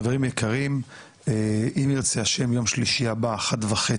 חברים יקרים אם ירצה השם יום שלישי הבא 13:30